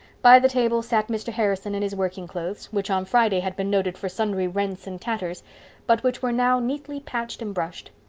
by the table sat mr. harrison in his working clothes, which on friday had been noted for sundry rents and tatters but which were now neatly patched and brushed.